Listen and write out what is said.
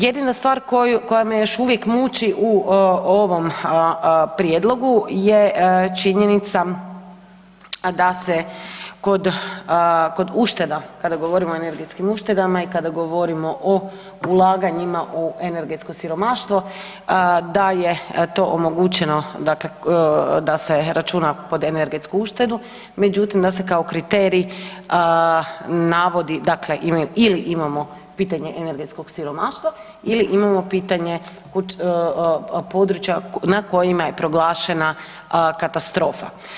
Jedna stvar koja me još uvijek muči u ovom prijedlogu je činjenica da se kod, kod ušteda, kada govorimo o energetskim uštedama i kada govorimo o ulaganjima u energetsko siromaštvo da je to omogućeno dakle da se računa pod energetsku uštedu, međutim da se kao kriterij navodi dakle ili imamo pitanje energetskog siromaštva ili imamo pitanje područja na kojima je proglašena katastrofa.